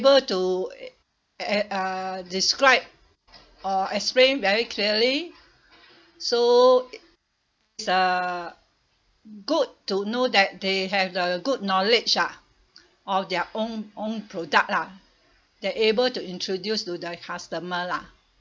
able to e~ uh describe or explain very clearly so uh good to know that they have a good knowledge lah of their own own product lah they're able to introduce to the customer lah